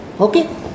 okay